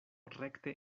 rekte